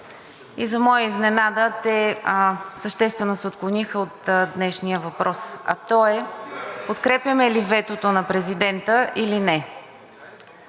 и за моя изненада те съществено се отклониха от днешния въпрос, а той е: подкрепяме ли ветото на президента или не.